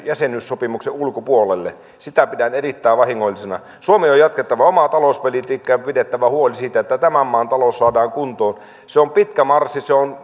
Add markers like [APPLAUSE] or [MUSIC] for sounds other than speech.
jäsenyyssopimuksen ulkopuolelle sitä pidän erittäin vahingollisena suomen on jatkettava omaa talouspolitiikkaansa ja pidettävä huoli siitä että tämän maan talous saadaan kuntoon se on pitkä marssi se on [UNINTELLIGIBLE]